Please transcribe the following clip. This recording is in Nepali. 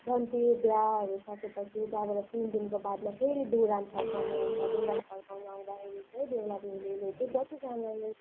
जन्ती बिहाहरू सकेपछि त्यहाँबाट तिन दिनको बादमा फेरि दुरान फर्काउने आउँछ दुरान फर्काउन आउँदाखेरि चाहिँ बेहुला बेहुलीले चाहिँ जतिजानाले